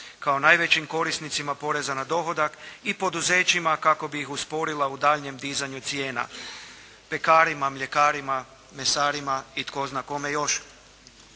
kao najvećim korisnicima poreza na dohodak i poduzećima kako bi ih usporila u daljnjem dizanju cijena. Pekarima, mljekarima, mesarima i tko zna kome još.